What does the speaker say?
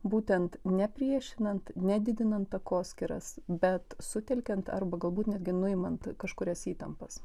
būtent nepriešinant nedidinant takoskyras bet sutelkiant arba galbūt netgi nuimant kažkurias įtampas